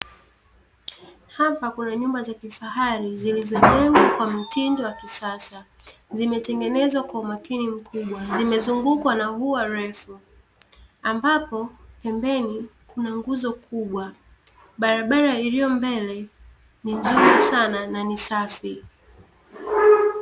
Hapa kuna nyumba za kifahari zilizojengwa kwa mtindo wa kisasa. Zimetengenezwa kwa umakini mkubwa. Zimezungukwa na ua refu ambapo pembeni kuna nguzo kubwa. Barabara iliyo mbele ni nzuri sana na ni safi.